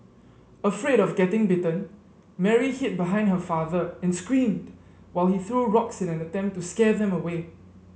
afraid of getting bitten Mary hid behind her father and screamed while he threw rocks in an attempt to scare them away